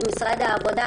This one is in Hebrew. משרד העבודה,